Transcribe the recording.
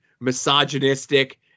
misogynistic